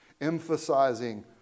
emphasizing